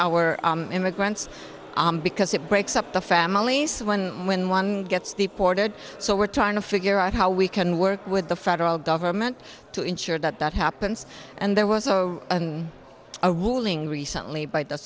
our our immigrants because it breaks up the families when when one gets the ported so we're trying to figure out how we can work with the federal government to ensure that that happens and there was a ruling recently by the